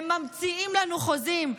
הם ממציאים לנו חוזים,